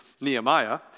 Nehemiah